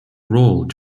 role